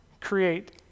create